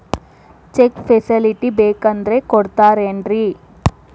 Check facility ಬೇಕಂದ್ರ ಕೊಡ್ತಾರೇನ್ರಿ?